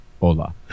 hola